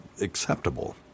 acceptable